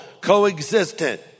co-existent